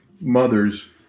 mothers